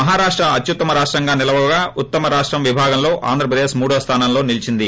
మహారాష్ట అత్యుత్తమ రాష్టంగా నిలవగా ఉత్తమ రాష్టం విభాగంలో ఆంధ్రప్రదేక్ మూడో స్థానంలో నిలిచింది